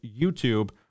YouTube